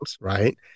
right